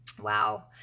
Wow